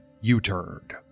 U-turned